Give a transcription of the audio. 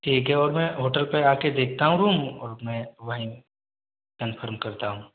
ठीक है और मैं होटल पर आकर देखता हूँ रूम और मैं वहीं कंफर्म करता हूँ